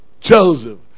Joseph